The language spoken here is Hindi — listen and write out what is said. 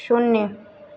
शून्य